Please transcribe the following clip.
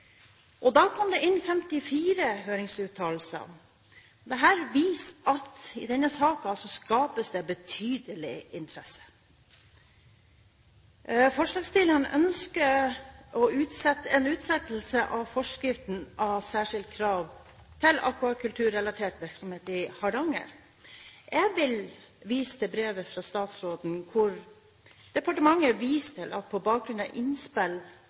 2011. Da kom det inn 54 høringsuttalelser. Dette viser at denne saken skaper betydelig interesse. Forslagsstillerne ønsker utsettelse av forskriften av særskilt krav til akvakulturrelatert virksomhet i Hardanger. Jeg viser til brev fra statsråden, hvor departementet viser til at på bakgrunn av innspill,